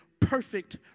perfect